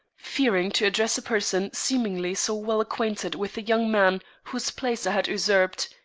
fearing to address a person seemingly so well acquainted with the young man whose place i had usurped,